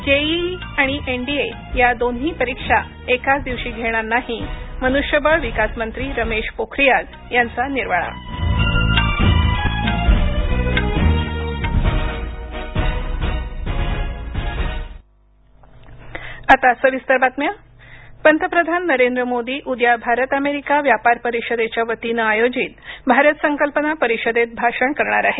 JEE आणि NDA या दोन्ही परीक्षा एकाच दिवशी घेणार नाही मनुष्यबळ विकास मंत्री रमेश पोखारीयाल यांचा निर्वाळा पंतप्रधान नरेंद्र मोदी उद्या भारत अमेरिका व्यापार परिषदेच्या वतीनं आयोजित भारत संकल्पना परिषदेत भाषण करणार आहेत